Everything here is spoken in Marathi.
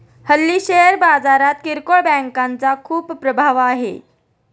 हल्ली शेअर बाजारात किरकोळ बँकांचा खूप प्रभाव आहे